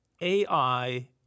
AI